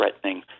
threatening